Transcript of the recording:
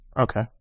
Okay